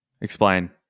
Explain